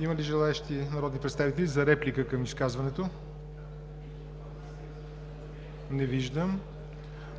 Има ли желаещи народни представители за реплика към изказването? Не виждам.